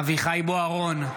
נגד אביחי אברהם בוארון,